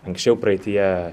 anksčiau praeityje